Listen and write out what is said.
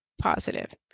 Positive